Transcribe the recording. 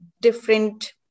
different